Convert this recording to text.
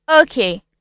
Okay